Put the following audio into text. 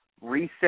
reset